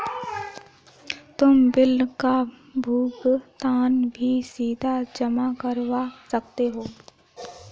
तुम बिल का भुगतान भी सीधा जमा करवा सकते हो